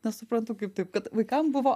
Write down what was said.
nesuprantu kaip taip kad vaikam buvo